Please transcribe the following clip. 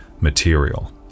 Material